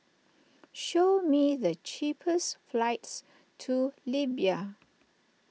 show me the cheapest flights to Libya